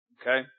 Okay